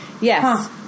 Yes